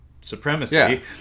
supremacy